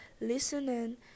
listening